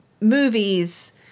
movies